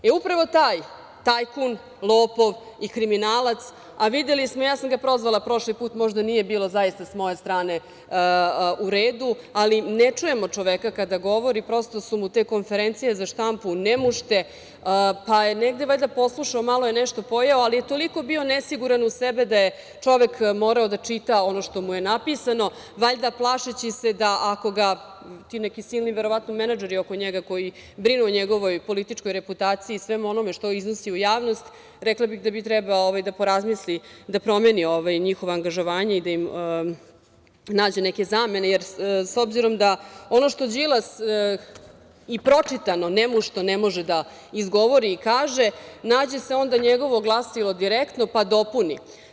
E, upravo taj tajkun, lopov i kriminalac, a videli smo, ja sam ga prozvala prošli put, možda nije bilo zaista sa moje strane u redu, ali ne čujemo čoveka kada govori prosto su mu te konferencije za štampu nemušte, pa je negde valjda poslušao, malo je nešto pojeo, ali je toliko bio nesiguran u sebe da je čovek morao da čita ono što mu je napisano, valjda plašeći se da ako ga ti neki silni, verovatno menadžeri oko njega koji brinu o njegovoj političkoj reputaciji i svemu onome što iznosi u javnost, rekla bih da bi trebao da porazmisli da promeni njihovo angažovanje i da im nađe neke zamene, jer s obzirom da ono što Đilas i pročitano, nemušto ne može da izgovori i kaže nađe se onda njegovo glasilo direktno pa dopuni.